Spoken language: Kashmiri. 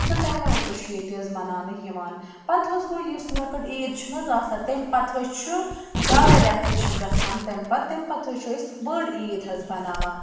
سُہ تہوار تہِ چھُ ییٚتہِ حظ مَناونہٕ یِوان پَتہٕ حظ گوٚو یُس لۄکٕٹ عید چھُنہٕ حظ آسان تَمہِ پَتہٕ حظ چھُ ڈاے رٮ۪تھ حظ چھِ گژھان تَمہِ پَتہٕ تَمہِ پَتہٕ حظ چھُ أسۍ بٔڑ عید حظ بَناوان